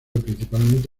principalmente